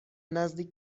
نزدیک